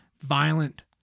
violent